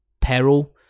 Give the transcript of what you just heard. peril